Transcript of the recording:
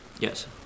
Yes